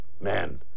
man